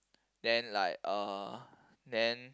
then like uh then